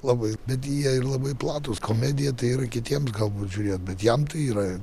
labai bet jie ir labai platūs komedija tai yra kitiems galbūt žiūrėt bet jam tai yra